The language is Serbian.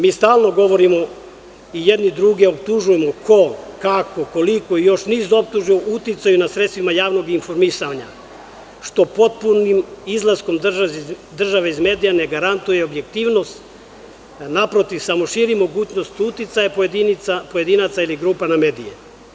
Mi stalno govorimo i jedni druge optužujemo – ko, kako, koliko i još niz optužbi o uticaju nad sredstvima javnog informisanja, što potpunim izlaskom države iz medija ne garantuje objektivnost, naprotiv, samo širi mogućnost uticaja pojedinaca ili grupa na medije.